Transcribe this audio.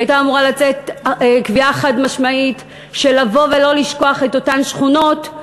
הייתה אמורה לצאת קביעה חד-משמעית שלא לשכוח את אותן שכונות,